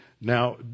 Now